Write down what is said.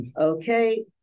okay